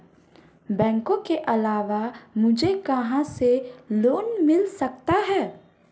बैंकों के अलावा मुझे कहां से लोंन मिल सकता है?